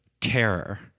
terror